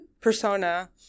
persona